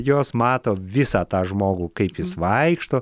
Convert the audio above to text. jos mato visą tą žmogų kaip jis vaikšto